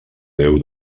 déu